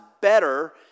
better